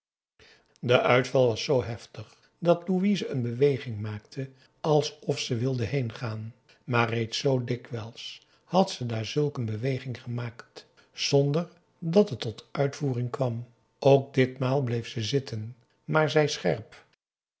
de uitval was zoo heftig dat louise een beweging maakte alsof ze wilde heengaan maar reeds zoo dikwijls had ze daar zulk een beweging gemaakt zonder dat het tot uitvoering kwam ook ditmaal bleef ze zitten maar zei scherp